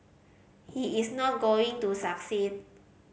he is not going to succeed